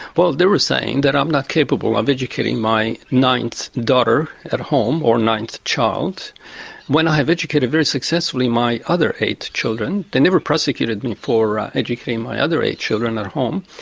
well, they were saying that i'm not capable of educating my ninth daughter at home or ninth child when i have educated very successfully my other eight children. they never prosecuted me for educating my other eight children at home,